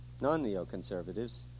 non-neoconservatives